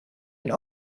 een